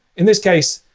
in this case,